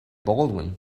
baldwin